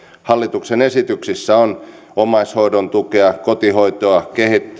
hallituksen esityksissä omaishoidon tukea kotihoitoa